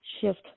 shift